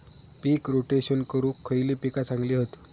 पीक rotation करूक खयली पीका चांगली हत?